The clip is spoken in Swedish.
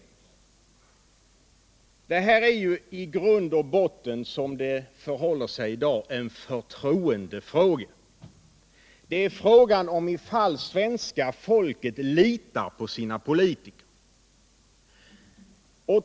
Som det förhåller sig i dag är detta i grund och botten en förtroendefråga. Det gäller frågan om svenska folket litar på sina politiker.